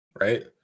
right